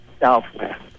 southwest